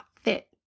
fit